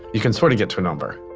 you can sort of get to a number.